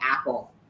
Apple